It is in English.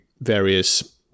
various